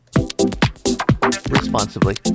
Responsibly